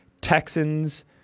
Texans